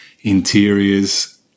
interiors